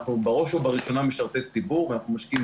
אנחנו בראש ובראשונה משרתי ציבור ואנחנו משקיעים